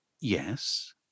yes